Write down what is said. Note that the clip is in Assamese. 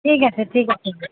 ঠিক আছে ঠিক আছে